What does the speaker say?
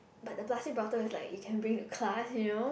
but the plastic bottle is like you can bring to class you know